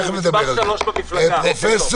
פרופ'